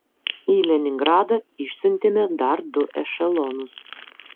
į leningradą išsiuntėme dar du ešelonus